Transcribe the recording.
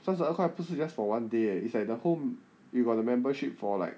三十二块不是 just for one day eh it's like the whole you got the membership for like